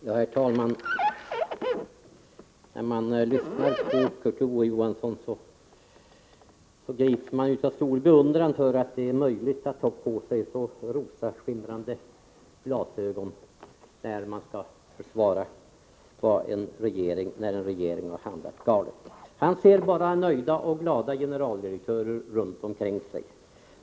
Herr talman! När man lyssnar till Kurt Ove Johansson grips man av stor beundran för att det är möjligt att ta på sig så rosenskimrande glasögon när man skall försvara att regeringen har handlat galet. Han ser bara nöjda och glada generaldirektörer runt omkring sig.